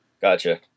Gotcha